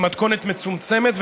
במתכונת מצומצמת,